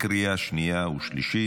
לקריאה שנייה ושלישית.